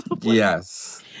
yes